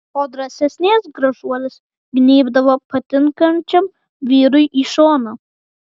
o drąsesnės gražuolės gnybdavo patinkančiam vyrui į šoną